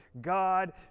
God